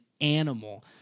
animal